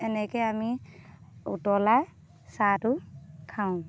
এনেকৈ আমি উতলাই চাহটো খাওঁ